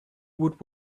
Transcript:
would